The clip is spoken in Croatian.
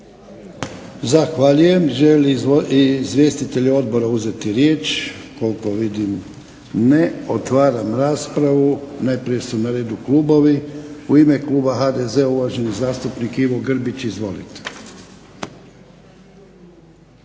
Zahvaljujem. Žele li izvjestitelji odbora uzeti riječ? Koliko vidim ne. Otvaram raspravu. Najprije su na redu klubovi. U ime kluba HDZ-a uvaženi zastupnik Ivo Grbić. Izvolite.